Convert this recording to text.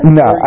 no